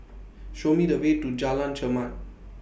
Show Me The Way to Jalan Chermat